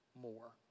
more